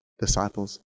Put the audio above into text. disciples